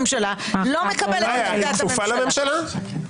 סעיף 8 בחוק-יסוד: כבוד האדם וחירותו.